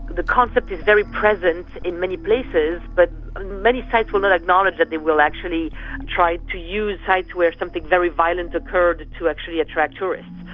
the concept is very present in many places, but many sites will not acknowledge that they will actually try to use sites where something very violent occurs, to actually attract tourists.